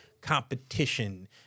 competition